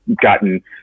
gotten